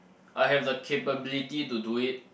I have the capability to do it